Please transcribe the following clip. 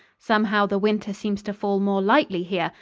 somehow the winter seems to fall more lightly here,